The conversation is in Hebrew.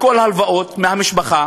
הכול הלוואות מהמשפחה